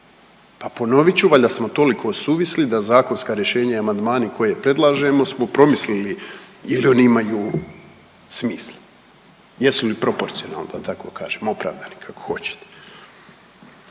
Pa ponovit ću, valjda smo toliko suvisli da zakonska rješenja i amandmani koje predlažemo smo promislili je li oni imaju smisla, jesu li proporcionalni da tako kažem, opravdani kako hoćete.